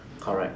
correct